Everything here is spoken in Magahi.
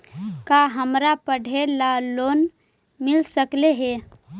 का हमरा पढ़े ल लोन मिल सकले हे?